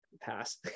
Pass